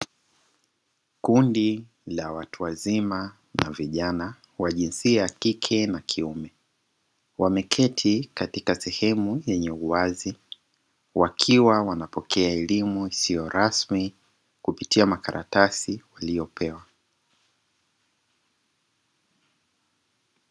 Kundi la watu wazima na vijana wa jinsia ya kike na kiume, wakiwa wameketi katika sehemu yenye uwazi wakiwa wanapokea elimu isiyo rasmi kupitia makaratasi waliyopewa.